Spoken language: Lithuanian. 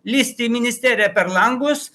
lįst į ministeriją per langus